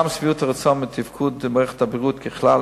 גם שביעות הרצון מתפקוד מערכת הבריאות ככלל